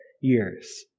years